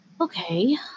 okay